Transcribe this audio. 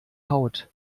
haut